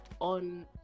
on